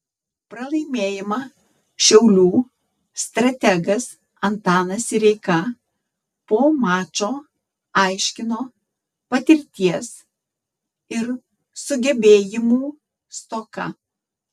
pralaimėjimą šiaulių strategas antanas sireika po mačo aiškino patirties ir sugebėjimų stoka